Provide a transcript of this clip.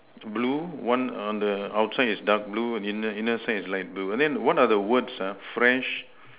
blue one on the outside is dark blue inner inner side is light blue and then what are the words ah fresh